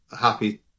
happy